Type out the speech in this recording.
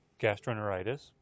gastroenteritis